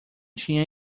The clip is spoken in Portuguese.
tinha